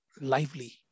lively